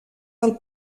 del